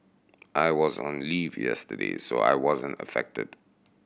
I was on leave yesterday so I wasn't affected